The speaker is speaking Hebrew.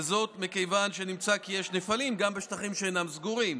וזאת מכיוון שנמצא כי יש נפלים גם בשטחים שאינם סגורים.